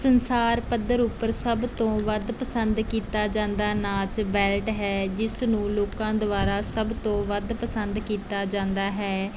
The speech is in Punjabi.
ਸੰਸਾਰ ਪੱਧਰ ਉੱਪਰ ਸਭ ਤੋਂ ਵੱਧ ਪਸੰਦ ਕੀਤਾ ਜਾਂਦਾ ਨਾਚ ਬੈਲਟ ਹੈ ਜਿਸ ਨੂੰ ਲੋਕਾਂ ਦੁਆਰਾ ਸਭ ਤੋਂ ਵੱਧ ਪਸੰਦ ਕੀਤਾ ਜਾਂਦਾ ਹੈ